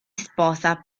sposa